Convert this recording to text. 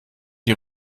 die